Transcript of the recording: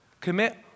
Commit